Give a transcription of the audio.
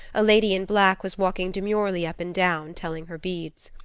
a lady in black was walking demurely up and down, telling her beads.